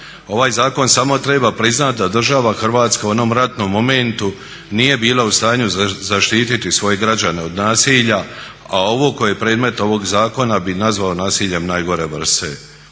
Ovaj zakon samo treba priznati da država Hrvatska u onom ratnom momentu nije bila u stanju zaštiti svoje građane od nasilja, a ovo koje je predmet ovog zakona bi nazvao nasiljem nagore vrste,